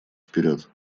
вперед